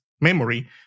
memory